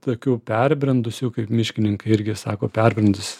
tokių perbrendusių kaip miškininkai irgi sako perbrendus